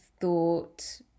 thought